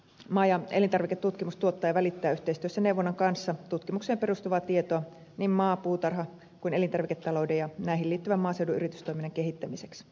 maa ja elintarviketutkimus tuottaa ja välittää yhteistyössä neuvonnan kanssa tutkimukseen perustuvaa tietoa niin maa puutarha kuin elintarviketalouden ja näihin liittyvän maaseudun yritystoiminnan kehittämiseksi